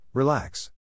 Relax